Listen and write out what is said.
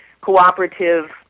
cooperative